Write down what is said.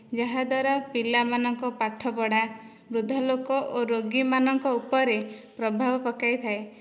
ଯାହାଦ୍ଵାରା ପିଲାମାନଙ୍କ ପାଠପଢା ବୃଦ୍ଧା ଲୋକ ଓ ରୋଗୀମାନଙ୍କ ଉପରେ ପ୍ରଭାବ ପକାଇଥାଏ